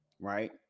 Right